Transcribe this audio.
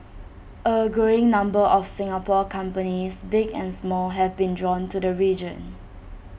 A growing number of Singapore companies big and small have been drawn to the region